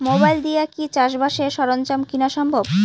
Mobile দিয়া কি চাষবাসের সরঞ্জাম কিনা সম্ভব?